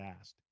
asked